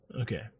Okay